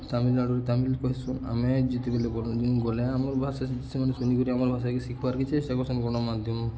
ତାମିଲନାଡ଼ୁରେ ତାମିଲ୍ କହେସୁଁ ଆମେ ଯେତେବେଲେ ବଲାଙ୍ଗୀର ଗଲେ ଆମର୍ ଭାଷା ସେମାନେ ଶୁନିକରି ଆମର୍ ଭାଷାକେ ଶିଖ୍ବାର୍ କିଛି ଚେଷ୍ଟା କର୍ସନ୍ ଗଣମାଧ୍ୟମ